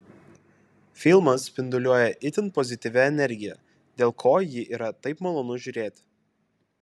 filmas spinduliuoja itin pozityvia energija dėl ko jį yra taip malonu žiūrėti